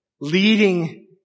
leading